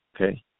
okay